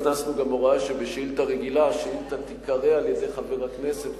הכנסנו הוראה שגם שאילתא רגילה תיקרא על-ידי חבר הכנסת,